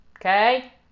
Okay